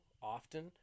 Often